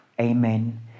amen